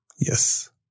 Yes